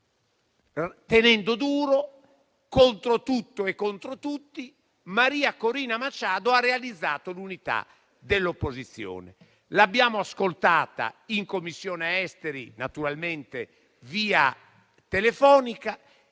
Tenendo duro contro tutto e contro tutti, María Corina Machado ha realizzato l'unità dell'opposizione. L'abbiamo ascoltata in Commissione affari esteri, naturalmente via telefonica.